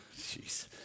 Jeez